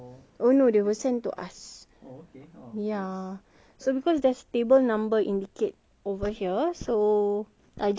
ya so because there's table number indicate over here so I just write down our table number ya